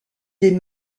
des